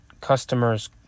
customers